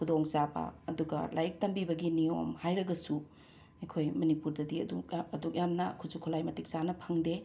ꯈꯨꯗꯣꯡꯆꯥꯕ ꯑꯗꯨꯒ ꯂꯥꯏꯔꯤꯛ ꯇꯝꯕꯤꯕꯒꯤ ꯅꯤꯌꯣꯝ ꯍꯥꯏꯔꯒꯁꯨ ꯑꯩꯈꯣꯏ ꯃꯅꯤꯄꯨꯔꯗꯗꯤ ꯑꯗꯨꯛꯂꯥ ꯑꯗꯨꯛꯌꯥꯝꯅ ꯈꯨꯠꯁꯨ ꯈꯨꯠꯂꯥꯏ ꯃꯇꯤꯛ ꯆꯥꯅ ꯐꯪꯗꯦ